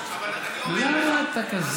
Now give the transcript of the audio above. אבל אני אומר לך,